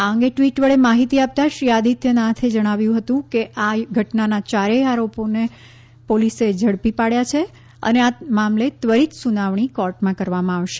આ અંગે ટ્વિટ વડે માહિતી આપતા શ્રી આદિત્ય નાથે જણાવ્યું હતું કે આ ઘટનાના ચારેથ આરોપોને પોલીસે ઝડપી લીધા છે અને આ મામલે ત્વરીત સુનાવણી કોર્ટમાં કરવામાં આવશે